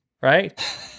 right